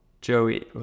Joey